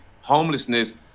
homelessness